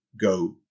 go